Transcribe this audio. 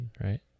right